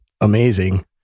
amazing